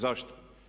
Zašto?